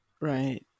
Right